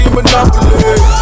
Monopoly